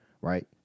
Right